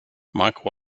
mike